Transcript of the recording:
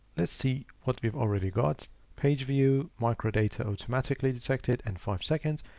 let's see what we've already got page view micro data automatically detected and five seconds.